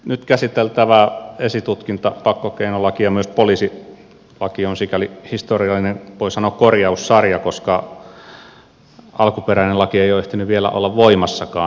nyt käsiteltävä esitutkinta pakkokeinolaki ja myös poliisilaki on sikäli historiallinen voisi sanoa korjaussarja että alkuperäinen laki ei ole ehtinyt vielä olla voimassakaan